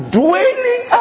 dwelling